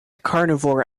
carnivore